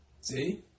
See